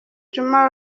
juma